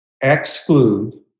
Exclude